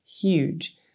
huge